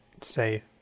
say